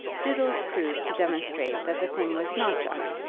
doodles proved to demonstration that the thing was not done,